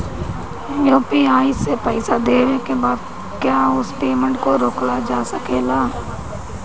UPI से पईसा देने के बाद क्या उस पेमेंट को रोकल जा सकेला?